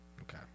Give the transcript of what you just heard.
Okay